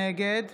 נגד